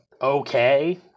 okay